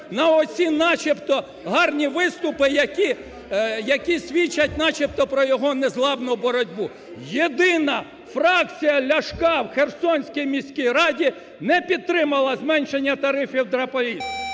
на оці начебто гарні виступи, які свідчать начебто про його незламну боротьбу. Єдина фракція Ляшка в Херсонській міській раді не підтримала зменшення тарифів для проїзду.